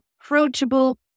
approachable